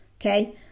okay